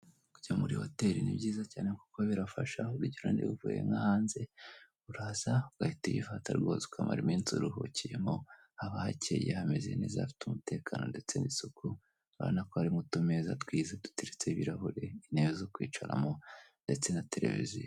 Kujya muri hoteri ni byiza cyane kuko birafasha, urugero:niba uvuye nko hanze, uraza ugahita uyifata rwose ukamara iminsi uruhukiyemo, haba hakeye hameze neza hafite umutekano ndetse n'isuku, urabona ko harimo utumeza twiza duteretseho ibirahure, intebe zo kwicaramo, ndetse na tereviziyo.